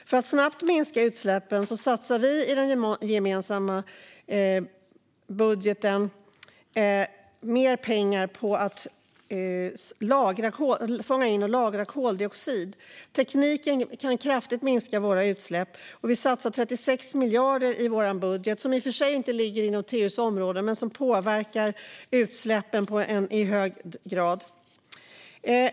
För att snabbt minska utsläppen satsar vi i den gemensamma budgeten mer pengar på att fånga in och lagra koldioxid. Denna teknik kan kraftigt minska utsläppen. Vi satsar 36 miljarder i vår budget. Detta ligger i och för sig inte inom TU:s område, men det påverkar utsläppen i hög grad.